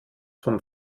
vom